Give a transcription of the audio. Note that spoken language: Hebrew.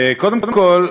קודם כול,